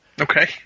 Okay